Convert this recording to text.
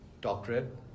doctorate